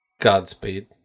Godspeed